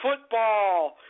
football